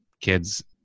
kids